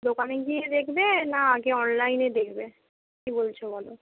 দোকানে গিয়ে দেখবে না আগে অনলাইনে দেখবে কি বলছো বলো